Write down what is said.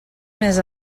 més